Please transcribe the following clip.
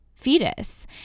Fetus